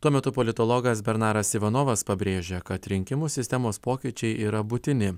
tuo metu politologas bernaras ivanovas pabrėžė kad rinkimų sistemos pokyčiai yra būtini